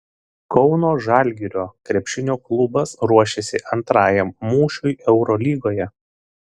kauno žalgirio krepšinio klubas ruošiasi antrajam mūšiui eurolygoje